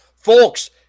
Folks